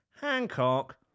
Hancock